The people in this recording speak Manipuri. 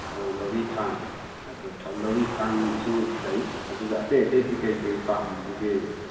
ꯑꯣ ꯂꯧꯔꯤ ꯊꯥꯡ ꯑꯗꯣ ꯂꯧꯔꯤꯊꯥꯡꯁꯨ ꯂꯩ ꯑꯗꯨꯒ ꯑꯇꯩ ꯑꯇꯩꯗꯤ ꯀꯔꯤ ꯀꯔꯤ ꯄꯥꯝꯕꯒꯦ